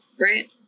right